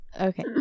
Okay